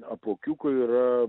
apuokiuko yra